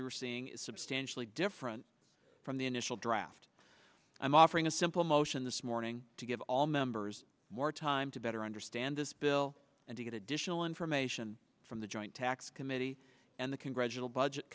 we're seeing is substantially different from the initial draft i'm offering a simple motion this morning to give all members more time to better understand this bill and to get additional information from the joint tax committee and the congressional budget